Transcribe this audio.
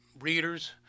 readers